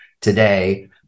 today